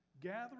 Gathering